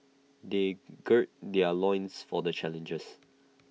they gird their loins for the challenges